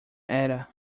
ada